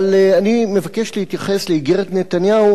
אבל אני מבקש להתייחס לאיגרת נתניהו